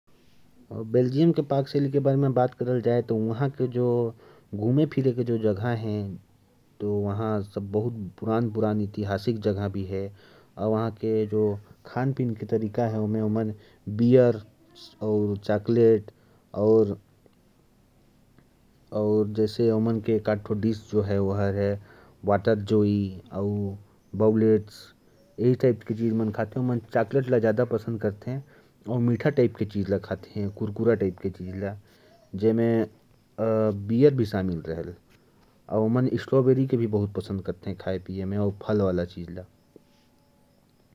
बेल्जियम की पाक शैली की बात करें तो, वहां के घूमने-फिरने के लिए बहुत ऐतिहासिक जगहें हैं। और खानपान की बात करें तो, वहां के लोग बीयर और मीठे पदार्थ खाना बहुत पसंद करते हैं। फल में, उन्हें स्ट्रॉबेरी खाना बहुत पसंद है।